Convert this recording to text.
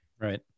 right